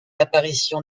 apparition